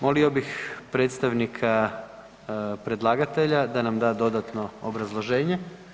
Molio bih predstavnika predlagatelja da na da dodatno obrazloženje.